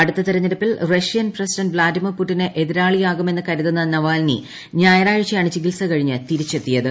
അടുത്ത തെരഞ്ഞെടുപ്പിൽ Russian president Vladimir പുടിന് എതിരാളിയാകുമെന്ന് കരുതുന്ന നവാൽനി ഞായറാഴ്ചയാണ് ചികിത്സ കഴിഞ്ഞ് തിരിച്ചെത്തിയത്